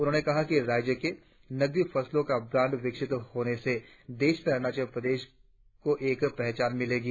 उन्होंने कहा कि राज्य के नगदी फसलों का ब्रांड विकसित होने से देश में अरुणाचल प्रदेश को एक पहचान मिलेगी